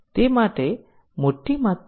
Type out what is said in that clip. તે અહીં મુખ્ય વિચાર છે